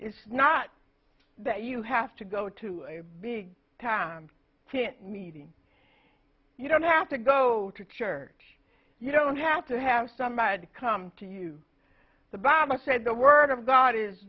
is not that you have to go to a big town can't meeting you don't have to go to church you don't have to have somebody come to you the bible said the word of god is